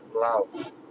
love